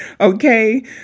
Okay